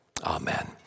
Amen